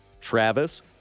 Travis